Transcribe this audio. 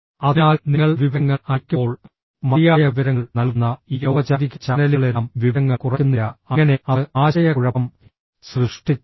അതിനാൽ നിങ്ങൾ വിവരങ്ങൾ അയയ്ക്കുമ്പോൾ മതിയായ വിവരങ്ങൾ നൽകുന്ന ഈ ഔപചാരിക ചാനലുകളെല്ലാം വിവരങ്ങൾ കുറയ്ക്കുന്നില്ല അങ്ങനെ അത് ആശയക്കുഴപ്പം സൃഷ്ടിക്കുന്നു